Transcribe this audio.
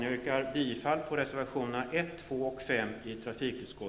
Jag yrkar bifall till reservationerna 1,